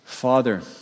Father